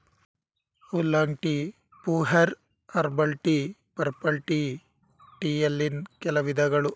oolong tea, pu erh, herbal tea, purple tea ಟೀಯಲ್ಲಿನ್ ಕೆಲ ವಿಧಗಳು